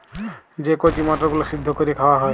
যে কঁচি মটরগুলা সিদ্ধ ক্যইরে খাউয়া হ্যয়